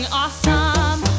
awesome